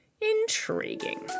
Intriguing